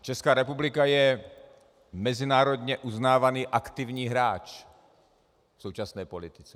Česká republika je mezinárodně uznávaný aktivní hráč v současné politice.